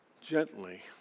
gently